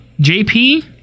jp